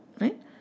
right